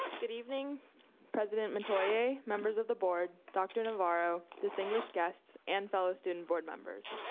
good evening president metoyer, members of the board, dr. navarro, distinguished guests, and fellow student board members.